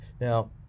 Now